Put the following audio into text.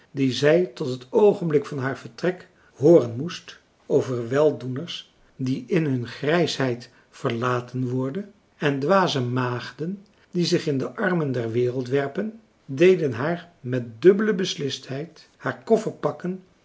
die zij tot het oogenblik van haar vertrek hooren moest over weldoeners die in hun grijsheid verlaten worden en dwaze maagden die zich in de armen der wereld werpen deden haar met dubbele beslistheid haar koffer pakken